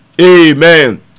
Amen